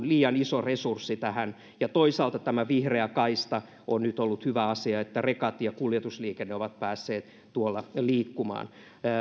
liian iso resurssi tähän toisaalta tämä vihreä kaista on nyt ollut hyvä asia niin että rekat ja kuljetusliikenne ovat päässeet tuolla liikkumaan